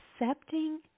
accepting